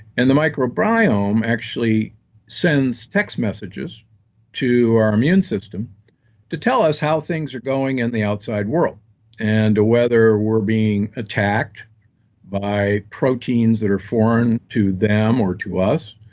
and the micro biome actually sends text messages to our immune system to tell us how things are going in the outside world and whether we're being attacked by proteins that are foreign to them or to us,